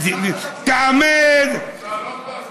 לעלות להסביר?